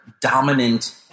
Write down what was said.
dominant